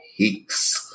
Heeks